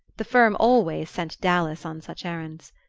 the firm always sent dallas on such errands.